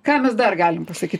ką mes dar galim pasakyt